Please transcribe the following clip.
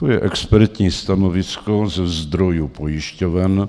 To je expertní stanovisko ze zdrojů pojišťoven.